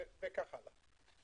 וכך הלאה.